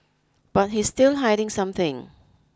but he's still hiding something